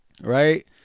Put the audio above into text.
right